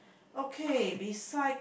okay beside